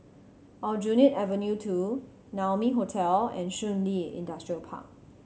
Aljunied Avenue Two Naumi Hotel and Shun Li Industrial Park